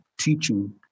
teaching